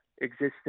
existing